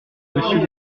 monsieur